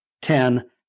Ten